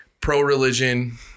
pro-religion